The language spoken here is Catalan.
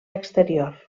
exterior